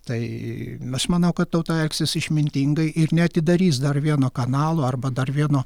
tai aš manau kad tauta elgsis išmintingai ir neatidarys dar vieno kanalo arba dar vieno